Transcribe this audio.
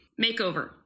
makeover